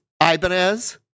Ibanez